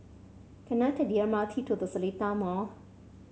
can I take the M R T to The Seletar Mall